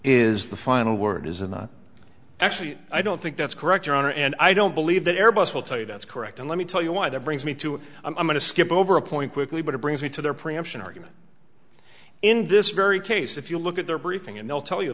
is the final word is and actually i don't think that's correct your honor and i don't believe that airbus will tell you that's correct and let me tell you why that brings me to i'm going to skip over a point quickly but it brings me to their preemption argument in this very case if you look at their briefing and they'll